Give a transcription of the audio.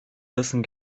rissen